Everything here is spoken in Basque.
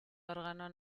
organo